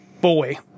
Boy